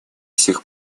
сих